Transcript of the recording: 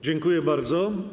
Dziękuję bardzo.